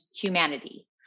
humanity